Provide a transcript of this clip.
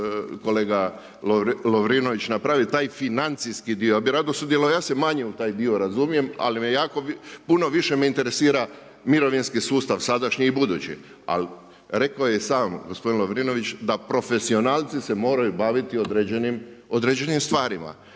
kolega Lovrinović, napravi taj financijski dio. Ja bi rado sudjelovao, ja se manje u taj dio razumijem, ali me jako puno više me interesira mirovinski sustav sadašnji i budući, ali rekao i sam gospodin Lovrinović, da profesionalci se moraju baviti određenim stvarima.